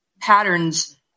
patterns